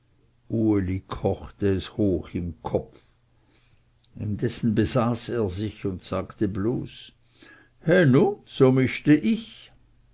uli kochte es hoch im kopf indessen besaß er sich und sagte bloß he nu so miste ich